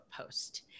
post